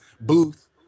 booth